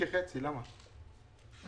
הצבעה הפניה